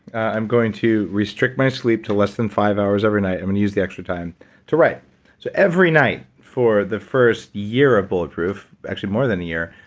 i'm going to restrict my sleep to less than five hours every night. and use the extra time to write so every night for the first year of bulletproof, actually more than a year,